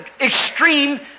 extreme